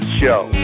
show